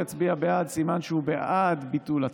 סימן שהוא בעד ביטול הצו.